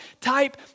type